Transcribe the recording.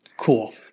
Cool